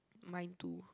mine too